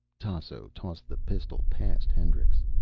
tasso tossed the pistol past hendricks.